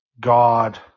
God